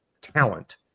talent